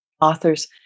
authors